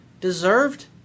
deserved